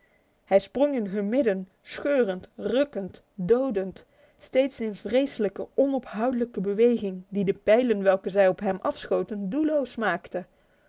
hij sprong in hun midden scheurend rukkend dodend steeds in vreselijke onophoudelijke beweging die de pijlen welke zij op hem afschoten doelloos maakte